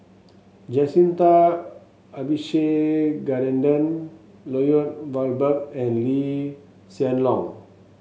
Jacintha Abisheganaden Lloyd Valberg and Lee Hsien Loong